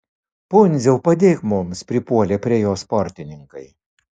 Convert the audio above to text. pundziau padėk mums pripuolė prie jo sportininkai